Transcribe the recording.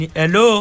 hello